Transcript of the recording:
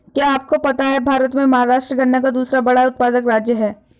क्या आपको पता है भारत में महाराष्ट्र गन्ना का दूसरा बड़ा उत्पादक राज्य है?